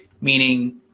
meaning